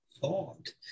thought